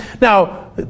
Now